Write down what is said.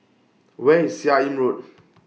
Where IS Seah in Road